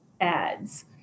ads